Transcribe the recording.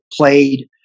played